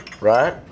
Right